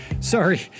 sorry